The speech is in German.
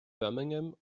birmingham